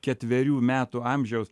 ketverių metų amžiaus